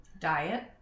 Diet